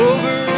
Over